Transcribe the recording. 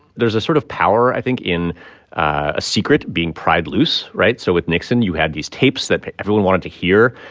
there's a sort of power, i think, in a secret being pried loose. right? so with nixon, you had these tapes that everyone wanted to hear,